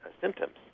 symptoms